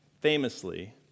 famously